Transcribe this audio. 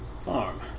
Farm